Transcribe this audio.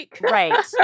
right